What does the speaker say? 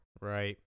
right